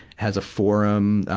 has a forum,